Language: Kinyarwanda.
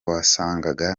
wasangaga